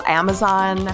amazon